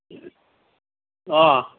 অঁ